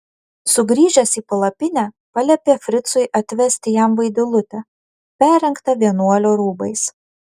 sugrįžęs į palapinę paliepė fricui atvesti jam vaidilutę perrengtą vienuolio rūbais